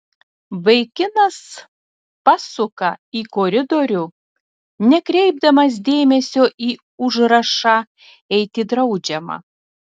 vaikinas pasuka į koridorių nekreipdamas dėmesio į užrašą eiti draudžiama